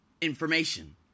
information